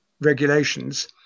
regulations